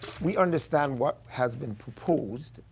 we understand what has been proposed,